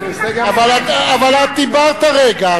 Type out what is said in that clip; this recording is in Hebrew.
אבל את דיברת הרגע.